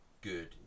good